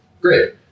Great